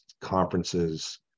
conferences